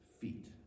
feet